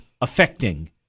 affecting